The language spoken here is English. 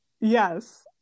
yes